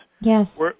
Yes